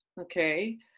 okay